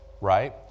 Right